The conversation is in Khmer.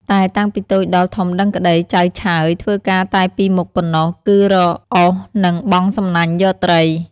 តែតាំងពីតូចដល់ធំដឹងក្តី ចៅឆើយធ្វើការតែពីរមុខប៉ុណ្ណោះ គឺរកឧសនិង បង់សំណាញ់យកត្រី ។